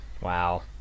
Wow